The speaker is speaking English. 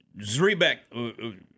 Zrebeck